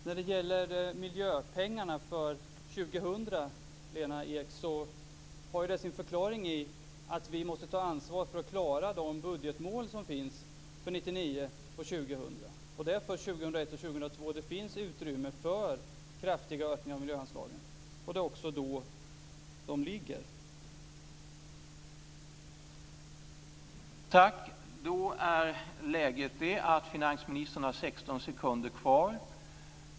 Herr talman! Miljöpengarna för 2000 har sin förklaring i att vi måste ta ansvar för att klara de budgetmål som finns för 1999 och 2000, Lena Ek. Det är först 2001 och 2002 det finns utrymme för kraftiga ökningar av miljöanslagen, och det är också då ökningarna kommer.